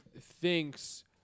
thinks